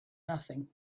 nothing